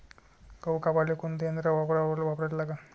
गहू कापाले कोनचं यंत्र वापराले लागन?